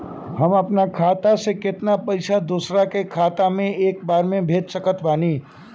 हम अपना खाता से केतना पैसा दोसरा के खाता मे एक बार मे भेज सकत बानी?